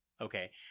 okay